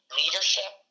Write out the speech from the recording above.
leadership